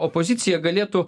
opozicija galėtų